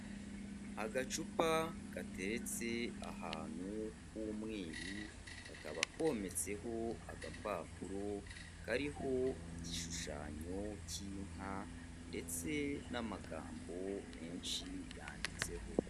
Agacupa gateretse ahantu h'umweru, kakaba kometseho agapapuro kariho igishushanyo cy'inka ndetse n'amagambo menshi yanditseho.